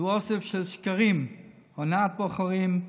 זה אוסף של שקרים, הונאת בוחרים,